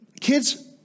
Kids